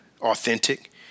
authentic